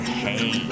hey